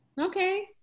okay